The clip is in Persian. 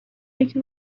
فکر